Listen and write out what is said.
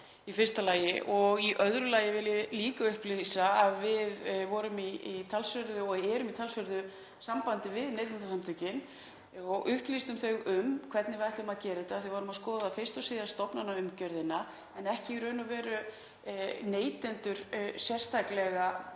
í fyrsta lagi. Í öðru lagi vil ég líka upplýsa að við vorum og erum í talsverðu sambandi við Neytendasamtökin og upplýstum þau um hvernig við ætlum að gera þetta. Við vorum að skoða fyrst og síðast stofnanaumgjörðina en ekki í raun og veru neytendur sérstaklega